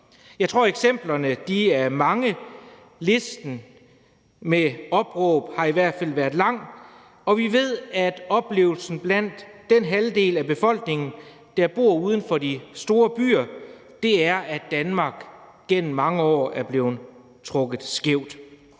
Jeg tror, at eksemplerne er mange – listen med opråb har i hvert fald været lang – og vi ved, at oplevelsen blandt den halvdel af befolkningen, der bor uden for de store byer, er, at Danmark igennem mange år er blevet trukket skævt.